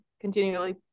continually